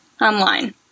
online